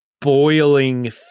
boiling